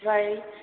जाय